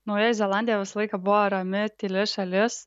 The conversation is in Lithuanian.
naujoji zelandija visą laiką buvo rami tyli šalis